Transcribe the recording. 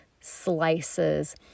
slices